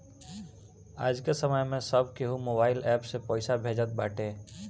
आजके समय में सब केहू मोबाइल एप्प से पईसा भेजत बाटे